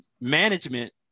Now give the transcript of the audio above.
management